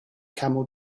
camel